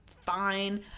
fine